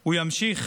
הוא ימשיך